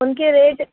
اُن کے ریٹ